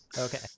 okay